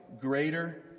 greater